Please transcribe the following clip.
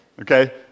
Okay